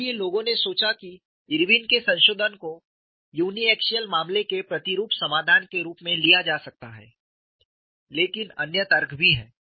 इसलिए लोगों ने सोचा कि इरविन के संशोधन को यूनिएक्सिअल मामले के प्रतिरूप समाधान के रूप में लिया जा सकता है लेकिन अन्य तर्क भी हैं